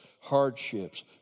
hardships